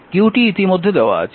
q ইতিমধ্যে দেওয়া আছে